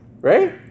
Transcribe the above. right